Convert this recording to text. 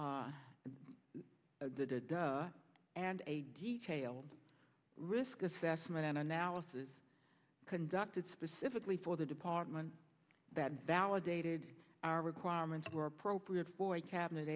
the and a detailed risk assessment and analysis conducted specifically for the department that validated our requirements were appropriate for a cabinet